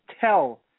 tell